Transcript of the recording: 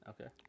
Okay